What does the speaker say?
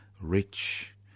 rich